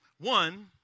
One